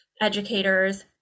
educators